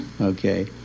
Okay